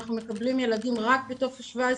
אנחנו מקבלים ילדים רק מטופס 17,